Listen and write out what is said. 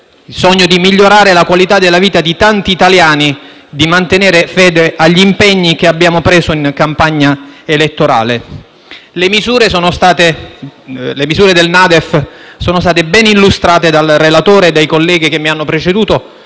il sogno di migliorare la qualità della vita di tanti italiani, di mantenere fede agli impegni che abbiamo preso in campagna elettorale. Le misure della NADEF sono state ben illustrate dal relatore e dai colleghi che mi hanno preceduto,